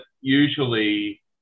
usually